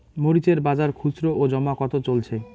মরিচ এর বাজার খুচরো ও জমা কত চলছে?